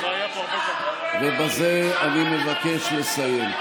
ובזה אני מבקש לסיים.